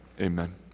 Amen